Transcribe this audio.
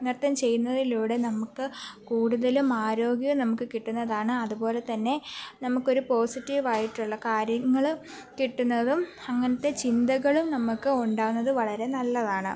നൃത്തം ചെയ്യുന്നതിലൂടെ നമുക്ക് കൂടുതലും ആരോഗ്യം നമുക്ക് കിട്ടുന്നതാണ് അതു പോലെ തന്നെ നമുക്കൊരു പോസിറ്റീവായിട്ടുള്ള കാര്യങ്ങൾ കിട്ടുന്നതും അങ്ങനത്തെ ചിന്തകളും നമുക്ക് ഉണ്ടാകുന്നത് വളരെ നല്ലതാണ്